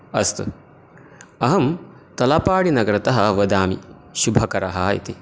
अस्तु अहं तलपाडिनगरतः वदामि शुभकरः इति